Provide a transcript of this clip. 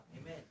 amen